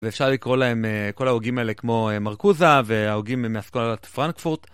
אפשר לקרוא להם כל ההוגים האלה כמו מרקוזה וההוגים מאסקולת פרנקפורט.